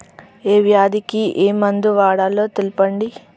ఏ వ్యాధి కి ఏ మందు వాడాలో తెల్పండి?